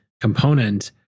component